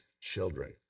children